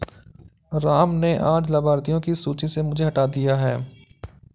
राम ने आज लाभार्थियों की सूची से मुझे हटा दिया है